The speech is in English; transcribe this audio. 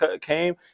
came